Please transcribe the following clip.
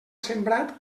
sembrat